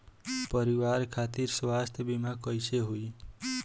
परिवार खातिर स्वास्थ्य बीमा कैसे होई?